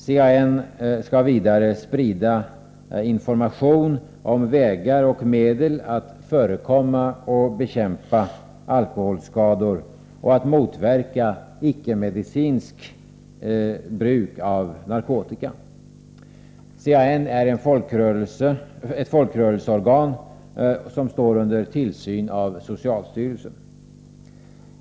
CAN skall vidare sprida information om vägar och medel när det gäller att förekomma och bekämpa alkoholskador och motverka icke-medicinskt bruk av narkotika. CAN är ett folkrörelseorgan som står under tillsyn av socialstyrelsen.